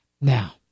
Now